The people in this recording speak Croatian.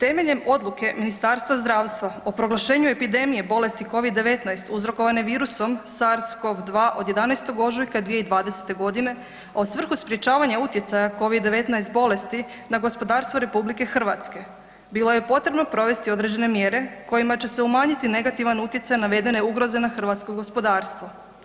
Temeljem odluke Ministarstva zdravstva o proglašenju epidemije bolesti COVID 19 uzrokovane virusom SARS COV 2, o 11. ožujka 2020. g. a u svrhu sprječavanja utjecaja COVID 19 bolesti na gospodarstvo RH, bilo je potrebno provesti određene mjere kojima će se umanjiti negativan utjecaj navedene ugroze na hrvatsko gospodarstvo.